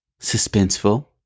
suspenseful